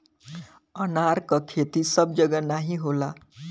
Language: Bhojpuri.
अनार क खेती सब जगह नाहीं होला